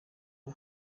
abo